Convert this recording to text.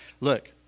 Look